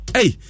Hey